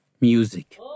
music